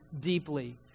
deeply